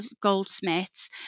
Goldsmiths